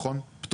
נכון?